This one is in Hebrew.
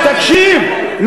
זה קל.